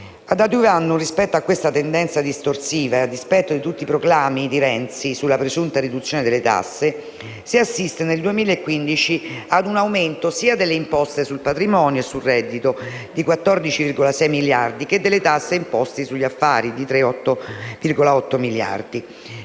*Ad adiuvandum*, rispetto a questa tendenza distorsiva e a dispetto di tutti i proclami di Renzi sulla presunta riduzione delle tasse, si assiste nel 2015 a un aumento sia delle imposte sul patrimonio e sul reddito di 14,6 miliardi sia delle tasse e imposte sugli affari di 3,8 miliardi.